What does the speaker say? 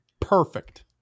Perfect